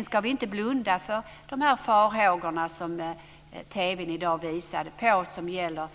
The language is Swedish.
Vi ska inte blunda för de farhågor som man visade på i TV i dag, som gäller